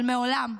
אבל מעולם,